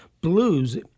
Blues